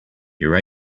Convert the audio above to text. your